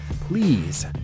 please